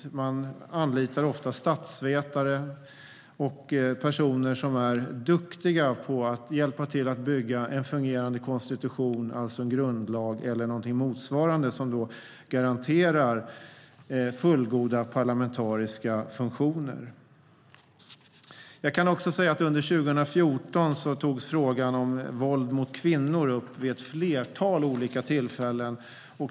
Man anlitar ofta statsvetare och personer som är duktiga på att hjälpa till att bygga en fungerande konstitution, en grundlag eller något motsvarande, som garanterar fullgoda parlamentariska funktioner. Under 2014 togs frågan om våld mot kvinnor upp vid ett flertal olika tillfällen.